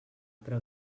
però